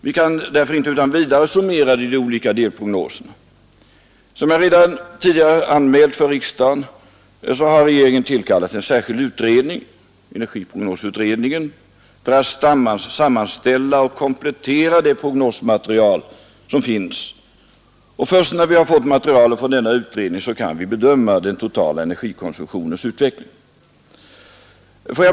Vi kan därför inte utan vidare summera de olika delprognoserna. Som jag redan tidigare anmält för riksdagen har regeringen tillkallat en särskild utredning, energiprognosutredningen, för att sammanställa och komplettera det prognosmaterial som finns, och först när vi har fått materialet från denna utredning kan vi bedöma den totala energikonsumtionens utveckling.